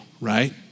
right